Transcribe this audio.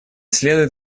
следует